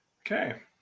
Okay